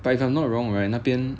but if I'm not wrong right 那边